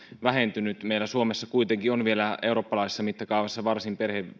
vähentynyt meillä suomessa kuitenkin on vielä eurooppalaisessa mittakaavassa varsin